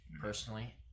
personally